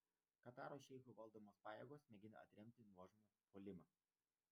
kataro šeichų valdomos pajėgos mėgina atremti nuožmų puolimą